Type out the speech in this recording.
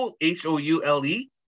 H-O-U-L-E